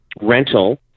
rental